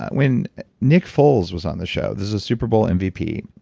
when nick foles was on the show, this is a super bowl and mvp,